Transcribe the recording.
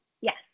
Yes